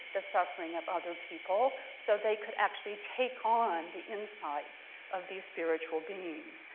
the suffering of other people so they could actually take on the insides of these spiritual beings.